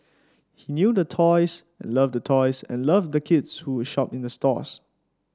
he knew the toys and loved the toys and loved the kids who would shop in the stores